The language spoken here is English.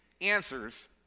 answers